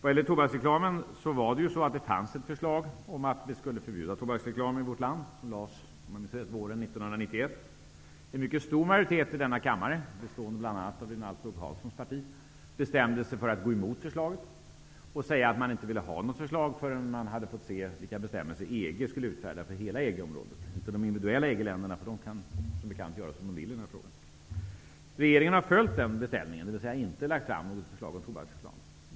Det lades fram ett förslag om att förbjuda tobaksreklamen i vårt land våren 1991. En mycket stor majoritet i denna kammare, bestående bl.a. av Rinaldo Karlssons parti, bestämde sig för att gå emot förslaget. Man sade att man inte ville ha något förslag förrän man hade fått se vilka bestämmelser EG skulle utfärda för hela EG-området. De individuella EG-länderna kan som bekant göra som de vill i den här frågan. Regeringen har följt den här bestämmelsen, dvs. inte lagt fram något förbud mot tobaksreklam.